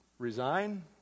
resign